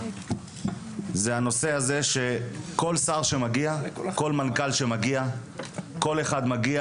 -- זה הנושא שכל שר שמגיע וכל מנכ"ל כל אחד שמגיע,